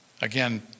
Again